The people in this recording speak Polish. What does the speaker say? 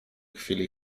chwili